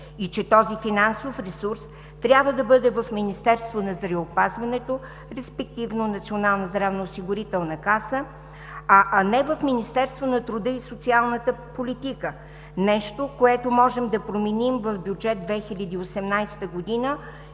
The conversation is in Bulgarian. Този финансов ресурс трябва да бъде в Министерството на здравеопазването, респективно Националната здравноосигурителна каса, а не в Министерството на труда и социалната политика, нещо, което можем да променим в Бюджет 2018 г.